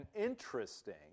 interesting